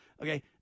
Okay